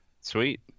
Sweet